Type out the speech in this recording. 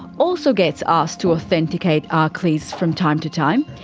also gets asked to authenticate arkleys from time to time.